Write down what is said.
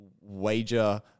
wager